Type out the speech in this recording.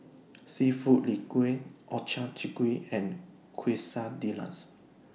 Seafood Linguine Ochazuke and Quesadillas